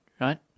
right